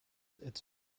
its